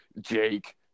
Jake